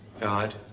god